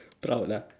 proud lah